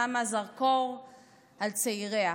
שבו המדינה שמה זרקור על צעיריה.